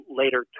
later